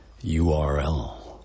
URL